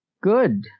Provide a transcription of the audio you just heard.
Good